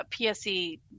PSE